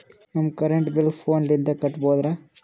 ನಮ್ current bill ಫೋನ ಲಿಂದೇ ತುಂಬೌದ್ರಾ?